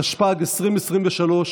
התשפ"ג 2023,